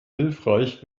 hilfreich